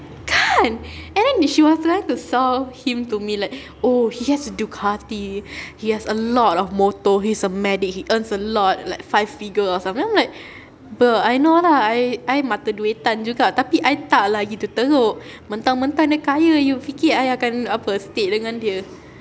kan and then she was trying to sell him to me like oh he has a ducati he has a lot of motor he's a medic he earns a lot like five figure or something then I was like bruh I know lah I I mata duitan juga tapi I tak lah gitu teruk mentang-mentang dia kaya you fikir I akan apa stead dengan dia